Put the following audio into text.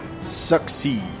Succeed